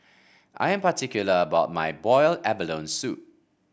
I am particular about my Boiled Abalone Soup